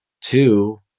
Two